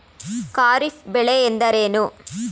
ಖಾರಿಫ್ ಬೆಳೆ ಎಂದರೇನು?